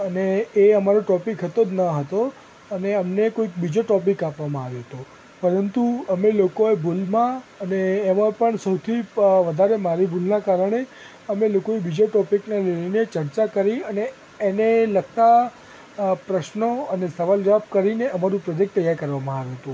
અને એ અમારો ટૉપિક હતો જ ના હતો અને અમને કોઈ બીજો ટૉપિક આપવામાં આવ્યો હતો પરંતુ અમને લોકોએ ભૂલમાં અને એમાં પણ સૌથી વધારે મારી ભૂલનાં કારણે અમે લોકોએ બીજો ટૉપિકને લઇને ચર્ચા કરી એને લગતા પ્રશ્નો અને સવાલ જવાબ કરીને આમરું પ્રૉજેકટ તૈયાર કરવામાં આવ્યું હતું